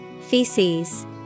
Feces